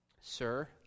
Sir